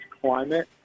climate